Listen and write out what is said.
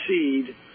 seed